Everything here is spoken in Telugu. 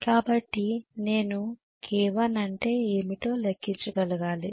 కాబట్టి నేను K1 అంటే ఏమిటో లెక్కించగలగాలి